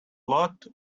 lot